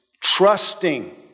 trusting